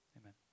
Amen